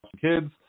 kids